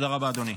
תודה רבה, אדוני.